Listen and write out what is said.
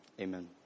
amen